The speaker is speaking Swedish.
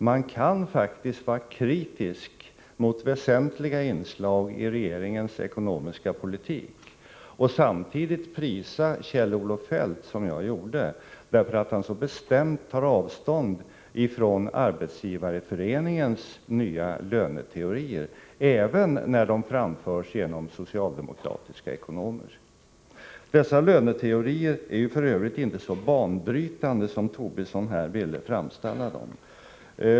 Man kan faktiskt vara kritisk mot väsentliga inslag i regeringens ekonomiska politik och samtidigt prisa Kjell-Olof Feldt, som jag gjorde, därför att han så bestämt tar avstånd från Arbetsgivareföreningens nya löneteorier, även när de framförs av socialdemokratiska ekonomer. Dessa löneteorier är f.ö. inte så banbrytande som Lars Tobisson här ville framställa att de var.